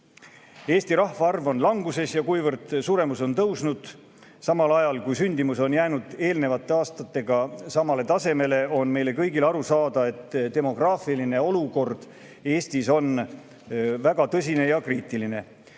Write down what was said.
Eesti rahvaarv on languses ja kuivõrd suremus on tõusnud, samal ajal kui sündimus on jäänud eelnevate aastatega samale tasemele, on meile kõigile arusaadav, et demograafiline olukord Eestis on väga tõsine ja kriitiline.